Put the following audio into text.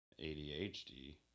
ADHD